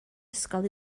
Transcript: ysgol